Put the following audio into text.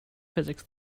physics